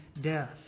death